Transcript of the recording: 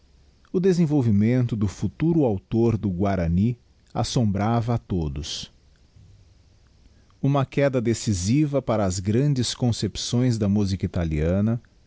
o desenvolvimento do futuro autor do guarany assombrava a todos uma queda decisiva para as grandes concepções da musica italiana